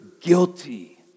guilty